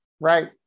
Right